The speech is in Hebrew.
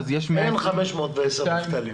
אין 510,000 מובטלים.